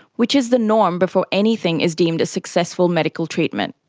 which is the norm before anything is deemed a successful medical treatment.